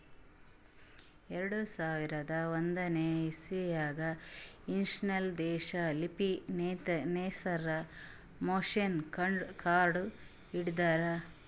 ಎರಡು ಸಾವಿರದ್ ಒಂದನೇ ಇಸವ್ಯಾಗ್ ಇಸ್ರೇಲ್ ದೇಶ್ ಲೀಫ್ ಸೆನ್ಸರ್ ಮಷೀನ್ ಕಂಡು ಹಿಡದ್ರ